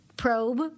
Probe